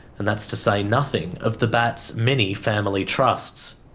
and that's to say nothing of the batt's many family trusts.